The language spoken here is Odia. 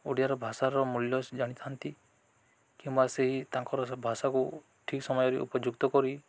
ଓଡ଼ିଆର ଭାଷାର ମୂଲ୍ୟ ଜାଣିଥାନ୍ତି କିମ୍ବା ସେହି ତାଙ୍କର ଭାଷାକୁ ଠିକ୍ ସମୟରେ ଉପଯୁକ୍ତ କରି